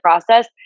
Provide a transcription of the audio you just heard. process